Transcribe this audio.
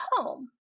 home